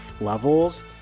levels